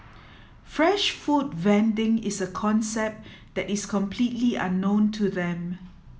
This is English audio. fresh food vending is a concept that is completely unknown to them